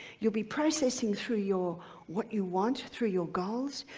you'll be processing through your what you want through your goals.